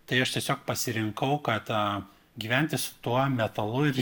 tai aš tiesiog pasirinkau kad a gyventi su tuo metalu ir